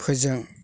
फोजों